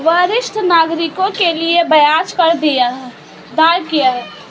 वरिष्ठ नागरिकों के लिए ब्याज दर क्या हैं?